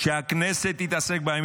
שהכנסת תתעסק בהם.